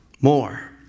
more